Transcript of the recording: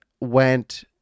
went